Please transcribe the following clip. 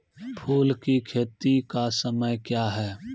फुल की खेती का समय क्या हैं?